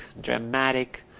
dramatic